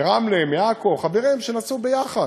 מרמלה, מעכו, חברים שנסעו ביחד.